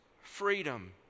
freedom